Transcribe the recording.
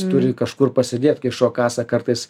jis turi kažkur pasidėt kai šuo kasa kartais